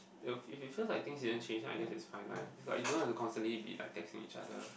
it'll if it feels like things didn't change I guess is fine lah you don't have to constantly be like texting each other